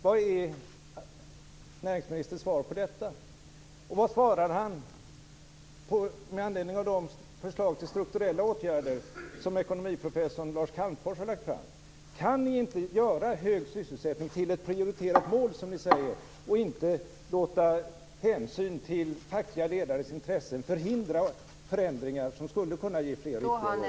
Vad är näringsministerns svar på detta? Och vad svarar han med anledning av de förslag till strukturella åtgärder som ekonomiprofessor Lars Calmfors har lagt fram? Kan ni inte göra hög sysselsättning till ett prioriterat mål, som ni säger, och inte låta hänsyn till fackliga ledares intressen förhindra förändringar som skulle kunna ge fler viktiga jobb.